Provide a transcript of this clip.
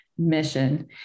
Mission